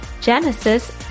Genesis